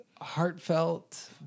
heartfelt